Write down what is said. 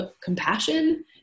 compassion